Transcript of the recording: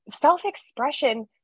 self-expression